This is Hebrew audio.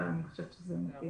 אני חושבת שזה מתאים,